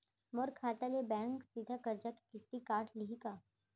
मोर खाता ले बैंक सीधा करजा के किस्ती काट लिही का?